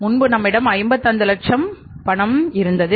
முன்பு நம்மிடம் 55 லட்சம் பணம் இருந்தது